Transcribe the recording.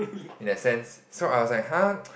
in that sense so I was like !huh!